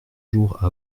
jours